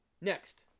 Next